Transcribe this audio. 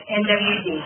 nwd